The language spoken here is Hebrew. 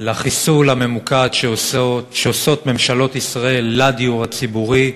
לחיסול הממוקד שעושות ממשלות ישראל לדיור הציבורי.